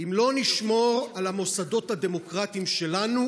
אם לא נשמור על המוסדות הדמוקרטיים שלנו,